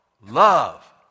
Love